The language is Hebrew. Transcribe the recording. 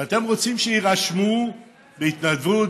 ואתם רוצים שיירשמו בהתנדבות,